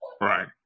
Right